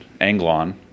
anglon